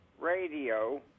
radio